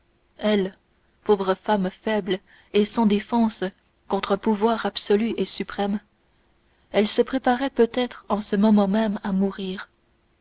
elle pauvre femme faible et sans défense contre un pouvoir absolu et suprême elle se préparait peut-être en ce moment même à mourir